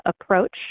approach